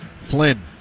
Flynn